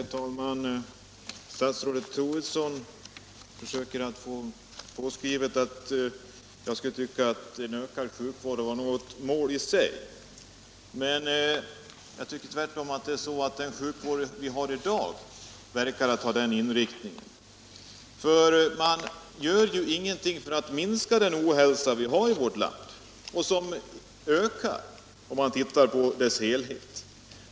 Herr talman! Statsrådet Troedsson försöker tillskriva mig uppfattningen — Sjukvården, m.m. att en ökad sjukvård skulle vara ett mål i sig. Jag tycker tvärtom att den sjukvård vi har i dag verkar ha den inriktningen. Man gör ju ingenting för att minska den ohälsa vi har i vårt land — som ökar om man ser till helheten.